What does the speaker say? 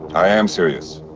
i am serious.